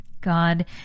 God